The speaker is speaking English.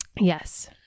Yes